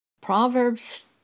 Proverbs